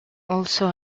also